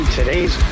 Today's